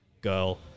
girl